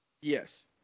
Yes